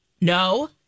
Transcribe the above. No